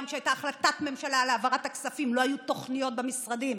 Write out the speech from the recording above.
גם כשהייתה החלטת ממשלה להעברת הכספים לא היו תוכניות במשרדים